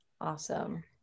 Awesome